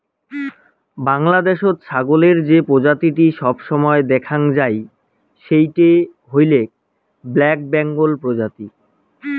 বাংলাদ্যাশত ছাগলের যে প্রজাতিটি সবসময় দ্যাখাং যাই সেইটো হইল ব্ল্যাক বেঙ্গল প্রজাতি